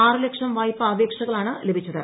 ആറ് ലക്ഷം വായ്പ അപേക്ഷകളാണ് ലഭിച്ചത്